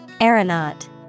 Aeronaut